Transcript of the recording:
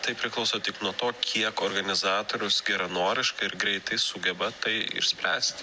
tai priklauso tik nuo to kiek organizatorius geranoriškai ir greitai sugeba tai išspręsti